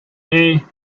hey